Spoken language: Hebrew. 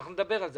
נדבר על זה.